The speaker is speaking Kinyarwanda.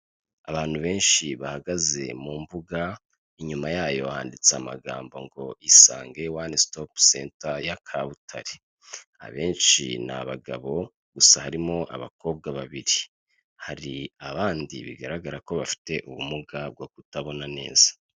Abantu benshi bahagaze mu mbuga, inyuma yayo banditse amagambo ngo Isange one stop center ya Kabutare, abenshi ni abagabo, gusa harimo abakobwa babiri, hari abandi bigaragara ko bafite ubumuga bwo kutabona neza.